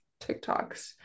TikToks